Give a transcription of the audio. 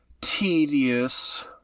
tedious